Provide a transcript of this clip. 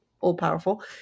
all-powerful